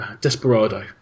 Desperado